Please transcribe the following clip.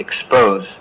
expose